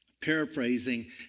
Paraphrasing